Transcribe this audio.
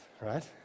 right